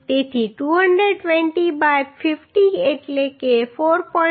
તેથી 220 બાય 50 એટલે કે 4